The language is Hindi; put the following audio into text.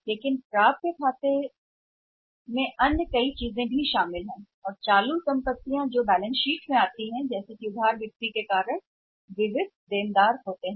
तो क्रेडिट की बिक्री खातों की प्राप्ति को जन्म देती है लेकिन खातों की प्राप्तियों में कई अन्य शामिल हैं चीजें और यह भी कि वर्तमान संपत्ति जो बैलेंस शीट में आती है बैलेंस शीट में दिखाई देती है क्योंकि क्रेडिट बिक्री को ऋणी ऋणी कहा जाता है